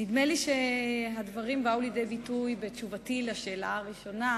לי שהדברים באו לידי ביטוי בתשובתי על השאלה הראשונה,